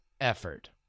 effort